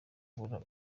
kubura